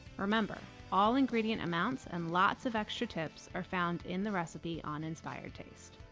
remember, all ingredient amounts and lots of extra tips are found in the recipe on inspired taste.